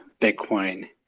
Bitcoin